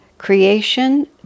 creation